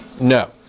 No